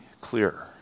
clear